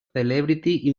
celebrity